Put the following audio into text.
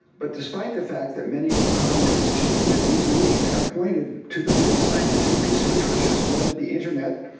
but despite the fact that many of the comments to you in these meetings have pointed to the real scientific research which has flooded the internet,